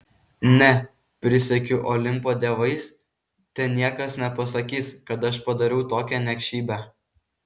ne prisiekiu olimpo dievais te niekas nepasakys kad aš padariau tokią niekšybę